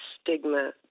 stigma